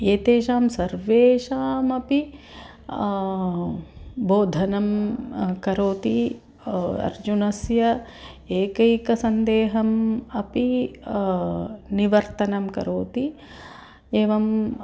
एतेषां सर्वेषामपि बोधनं करोति अर्जुनस्य एकैकं सन्देहम् अपि निवर्तनं करोति एवम्